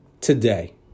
today